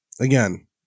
again